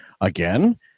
Again